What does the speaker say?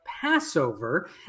Passover